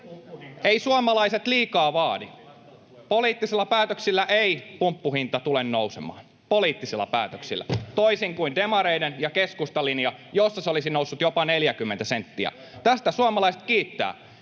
Eivät suomalaiset liikaa vaadi. Poliittisilla päätöksillä ei pumppuhinta tule nousemaan, poliittisilla päätöksillä, toisin kuin demareiden ja keskustan linjassa, jossa se olisi noussut jopa 40 senttiä. Tästä suomalaiset kiittävät.